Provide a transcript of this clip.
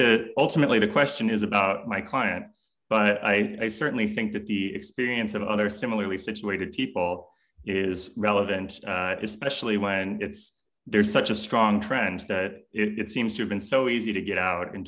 course ultimately the question is about my client but i i certainly think that the experience of other similarly situated people is relevant especially when it's there's such a strong trend that it seems to have been so easy to get out in